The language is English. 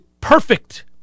perfect